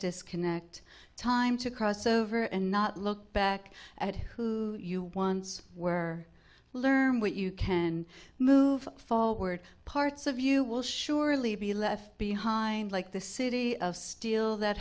disconnect time to cross over and not look back at who you once were learn what you can move forward parts of you will surely be left behind like the city of steel that